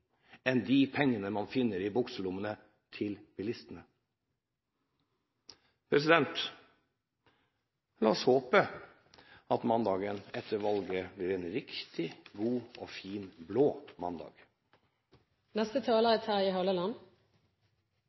de pengene man finner i bilistenes bukselommer. La oss håpe at mandagen etter valget blir en riktig god og fin blå mandag.